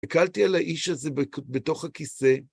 הקלתי על האיש הזה בתוך הכיסא.